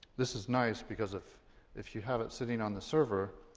this is nice, because if if you have it sitting on the server,